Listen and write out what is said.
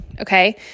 Okay